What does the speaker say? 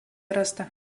rasta